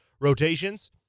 rotations